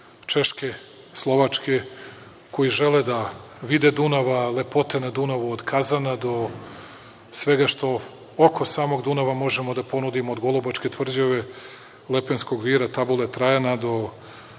Češke, Slovačke, koji žele da vide Dunav, lepote na Dunavu od Kazana do svega što oko samog Dunava možemo da ponudimo, od Golubačke tvrđave, Lepenskog Vira, Tabule Trajana do danas